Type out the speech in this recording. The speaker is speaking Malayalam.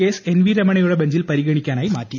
കേസ് എൻ വി രമണയുടെ ബെഞ്ചിൽ പരിഗണിക്കാനായി മാറ്റി